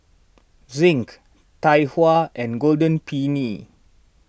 Zinc Tai Hua and Golden Peony